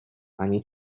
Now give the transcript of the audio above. ani